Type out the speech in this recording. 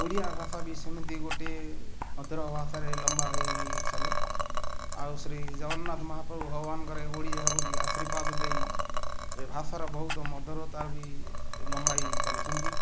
ଓଡ଼ିଆ ଭାଷା ବି ସେମିତି ଗୋଟିଏ ମଧୁର ଭାଷାରେ ଲମ୍ବା ହେଇ ଚାଲେ ଆଉ ଶ୍ରୀ ଜଗନ୍ନାଥ ମହାପ୍ରଭୁ ଭଗବାନଙ୍କର ଏ ଓଡ଼ିଆ ବୋଲି ଆଶିର୍ବାଦ ଦେଇ ଭାଷାର ବହୁତ ମଧୁରତା ବି ଲମ୍ବା ହେଇ ଚାଲିଛନ୍ତି